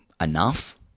enough